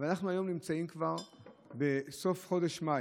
אבל אנחנו היום נמצאים כבר בסוף חודש מאי,